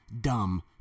dumb